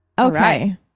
Okay